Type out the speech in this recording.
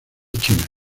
china